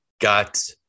got